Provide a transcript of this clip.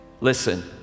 listen